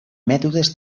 mètodes